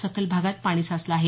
सखल भागात पाणी साचलं आहे